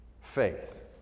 Faith